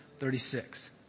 36